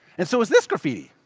and so is this graffiti?